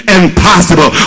impossible